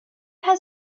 has